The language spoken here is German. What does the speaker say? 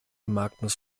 magnus